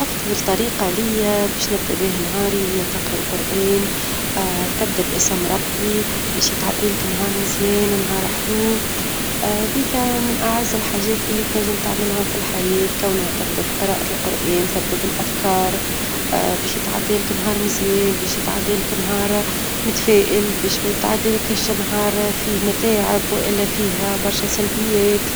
أفضل طريقة ليا باش نبدأ بها نهاري هي تقرأ القرآن، تبدأ باسم ربي، باش يتعدى لك نهار مزيان، نهار حلو، ذيكا من أعز الحاجات اللي تنجم تعملهم في الحياة كونها تبدأ بقراءة القرآن، تبدأ بالأذكار، باش يتعدي لك نهار مزيان، باش يتعدى لك نهار متفائل، باش يتعدى لكيش نهار فيه متاعب، ولا فيه برشا سلبيات.